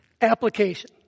Application